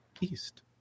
east